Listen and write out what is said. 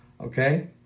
Okay